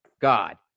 God